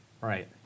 Right